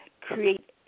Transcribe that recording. create